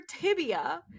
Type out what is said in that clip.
tibia